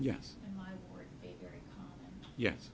yes yes